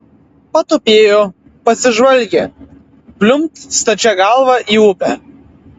patupėjo pasižvalgė pliumpt stačia galva į upę